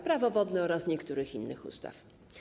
Prawo wodne oraz niektórych innych ustaw.